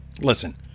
Listen